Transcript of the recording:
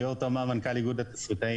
אני ליאור תמאם, מנכ"ל איגוד התסריטאים.